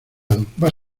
limitado